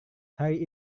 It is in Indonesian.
hari